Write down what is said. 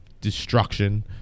destruction